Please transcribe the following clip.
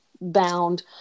bound